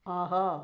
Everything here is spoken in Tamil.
ஆஹா